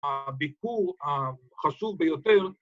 ‫הביקור החשוב ביותר...